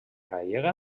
gallega